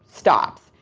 stops.